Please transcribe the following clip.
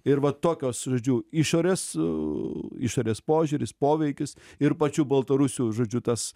ir va tokios žodžiu išorės išorės požiūris poveikis ir pačių baltarusių žodžiu tas